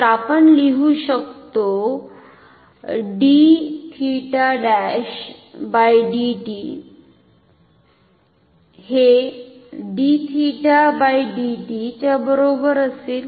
तर आपण लिहू शकतो हे च्या बरोबर असेल